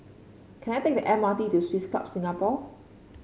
can I take the M R T to Swiss Club Singapore